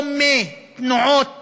או מתנועות